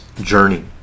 journey